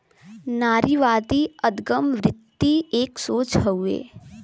नारीवादी अदगम वृत्ति एक सोच हउए